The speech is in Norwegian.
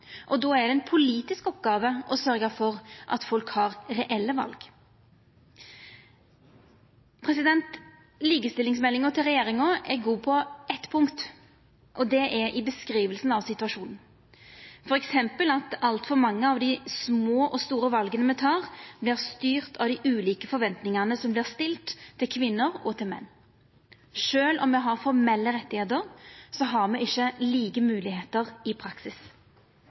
reelle val. Likestillingsmeldinga til regjeringa er god på eitt punkt, og det er i beskrivinga av situasjonen, t.d. at altfor mange av dei små og store vala me tek, vert styrte av dei ulike forventingane som vert stilte til kvinner og til menn. Sjølv om me har formelle rettar, har me ikkje like moglegheiter i praksis.